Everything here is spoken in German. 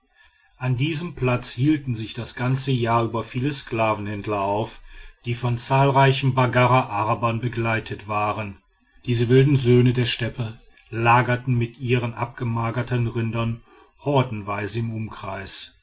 an diesem platz hielten sich das ganze jahr über viele sklavenhändler auf die von zahlreichen baggara arabern begleitet waren diese wilden söhne der steppe lagerten mit ihren abgemagerten rindern hordenweise im umkreis